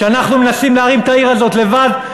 שאנחנו מנסים להרים את העיר הזאת לבד,